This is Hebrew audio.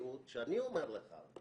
השוטרים לא משקרים, הם פשוט לא אומרים אמת.